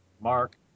Mark